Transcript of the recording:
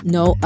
no